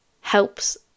helps